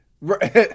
Right